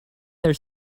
their